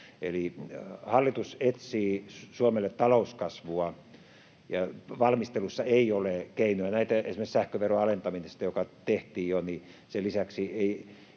Eli hallitus etsii Suomelle talouskasvua, ja valmistelussa ei ole sellaisia keinoja, esimerkiksi sähköveron alentamisen lisäksi, joka tehtiin jo, että erityisesti